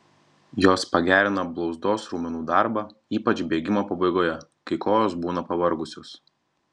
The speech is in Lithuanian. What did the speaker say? jos pagerina blauzdos raumenų darbą ypač bėgimo pabaigoje kai kojos būna pavargusios